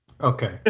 Okay